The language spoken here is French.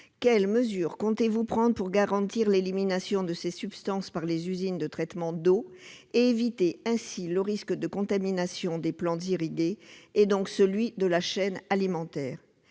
quelles mesures comptez-vous prendre pour garantir l'élimination de ces substances par les usines de traitement d'eau et éviter ainsi le risque de contamination des plantes irriguées, et donc de la chaîne alimentaire ?